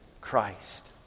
Christ